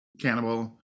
cannibal